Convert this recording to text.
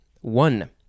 One